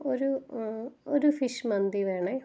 ഒരു ഒരു ഫിഷ് മന്തി വേണേ